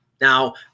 Now